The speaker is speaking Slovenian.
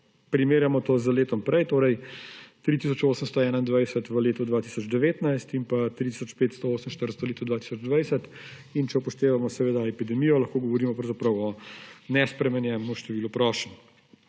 primerjamo to z letom prej, torej 3 tisoč 821 v letu 2019 in pa 3 tisoč 548 v letu 2020, in če upoštevamo seveda epidemijo, lahko govorimo pravzaprav o nespremenjenemu številu prošenj.